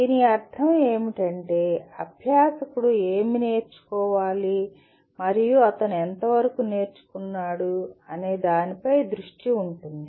దీని అర్థం ఏమిటంటే అభ్యాసకుడు ఏమి నేర్చుకోవాలి మరియు అతను ఎంతవరకు నేర్చుకున్నాడు అనే దానిపై దృష్టి ఉంటుంది